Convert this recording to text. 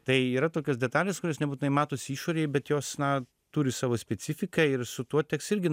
tai yra tokios detalės kurios nebūtinai matosi išorėj bet jos na turi savo specifiką ir su tuo teks irgi